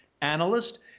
analyst